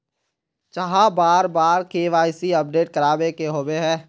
चाँह बार बार के.वाई.सी अपडेट करावे के होबे है?